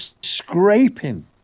scraping